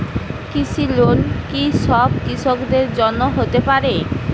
কৃষি লোন কি সব কৃষকদের জন্য হতে পারে?